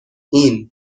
این